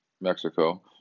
Mexico